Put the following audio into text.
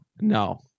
No